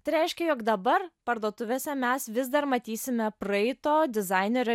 tai reiškia jog dabar parduotuvėse mes vis dar matysime praeito dizainerio